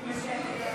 נתקבלו.